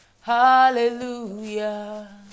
hallelujah